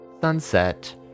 sunset